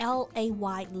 lay